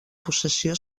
possessió